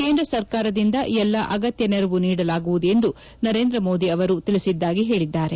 ಕೇಂದ್ರ ಸರ್ಕಾರದಿಂದ ಎಲ್ಲ ಅಗತ್ಯ ನೆರವು ನೀಡಲಾಗುವುದು ಎಂದು ನರೇಂದ್ರ ಮೋದಿ ಅವರು ತಿಳಿಸಿದ್ದಾಗಿ ಹೇಳಿದ್ದಾರೆ